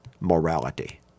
morality